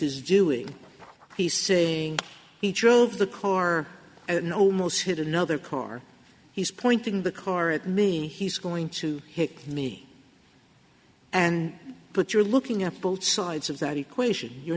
is doing he says he drove the car and almost hit another car he's pointing the car at me he's going to hit me and put you're looking at both sides of that equation you're